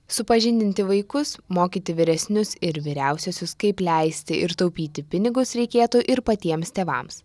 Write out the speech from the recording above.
supažindinti vaikus mokyti vyresnius ir vyriausiuosius kaip leisti ir taupyti pinigus reikėtų ir patiems tėvams